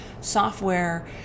software